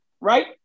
right